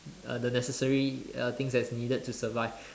uh the necessary uh things that's needed to survive